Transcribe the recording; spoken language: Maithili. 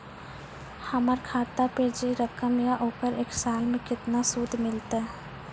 हमर खाता पे जे रकम या ओकर एक साल मे केतना सूद मिलत?